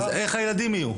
אז איך הילדים יהיו?